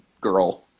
girl